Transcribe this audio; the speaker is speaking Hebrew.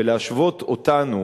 ולהשוות אותנו